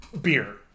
beer